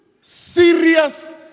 serious